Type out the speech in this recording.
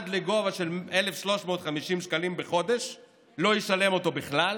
עד גובה של 1,350 שקלים בחודש לא ישלם אותו בכלל,